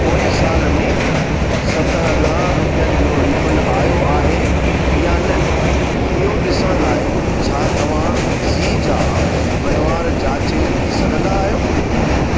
पोइ साल में सत हज़ार रुपियनि जो रीफंड आहियो आहे या न इहो ॾिसण लाइ छा तव्हां ज़ी जा वहिंवार जाचे सघंदा आहियो